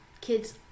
kids